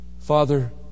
Father